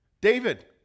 David